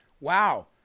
wow